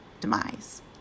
demise